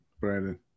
Brandon